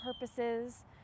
purposes